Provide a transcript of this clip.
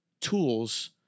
tools